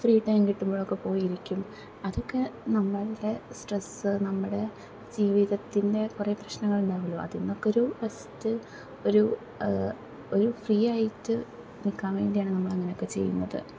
free time കിട്ടുമ്പോഴൊക്കെ പോയിരിക്കും അതൊക്കെ നമ്മളുടെ സ്ട്രസ്സ് നമ്മുടെ ജീവിതത്തിൻ്റെ കുറെ പ്രശ്നങ്ങളുണ്ടാവുമല്ലോ അതിനൊക്കെയൊരു റസ്റ്റ് ഒരു ഒരു ഫ്രീ ആയിട്ട് നിൽക്കാൻ വേണ്ടിയാണ് നമ്മളങ്ങനെയൊക്കെ ചെയ്യുന്നത്